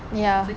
ya